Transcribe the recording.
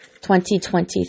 2023